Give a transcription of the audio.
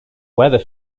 weather